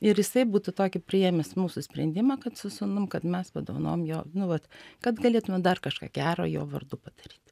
ir jisai būtų tokį priėmęs mūsų sprendimą kad su sūnum kad mes padovanojom jo nu vat kad galėtume dar kažką gero jo vardu padaryti